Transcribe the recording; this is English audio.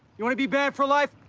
you wanna be banned for life?